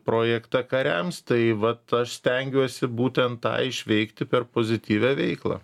projektą kariams tai vat aš stengiuosi būtent tą išveikti per pozityvią veiklą